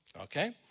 okay